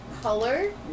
color